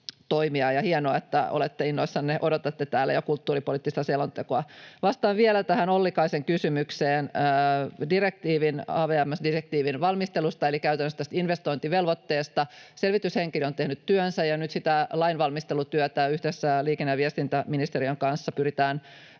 Hienoa, että olette innoissanne, odotatte täällä jo kulttuuripoliittista selontekoa. Vastaan vielä tähän Ollikaisen kysymykseen direktiivin, AVMS-direktiivin, valmistelusta eli käytännössä tästä investointivelvoitteesta. Selvityshenkilö on tehnyt työnsä, ja nyt sitä lainvalmistelutyötä yhdessä liikenne- ja viestintäministeriön kanssa pyritään